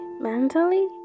mentally